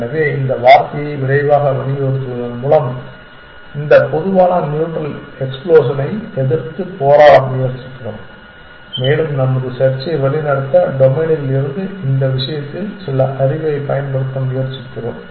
எனவே இந்த வார்த்தையை விரைவாக வலியுறுத்துவதன் மூலம் இந்த பொதுவான நியூட்ரல் எக்ஸ்ப்லோஸனை எதிர்த்துப் போராட முயற்சிக்கிறோம் மேலும் நமது செர்ச்சை வழிநடத்த டொமைனில் இருந்து இந்த விஷயத்தில் சில அறிவைப் பயன்படுத்த முயற்சிக்கிறோம்